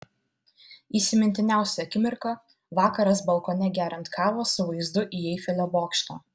įsimintiniausia akimirka vakaras balkone geriant kavą su vaizdu į eifelio bokštą